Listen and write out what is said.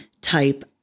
type